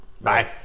Bye